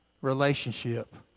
relationship